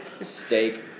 Steak